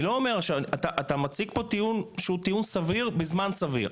אתה מציג פה טיעון שהוא טיעון סביר בזמן סביר,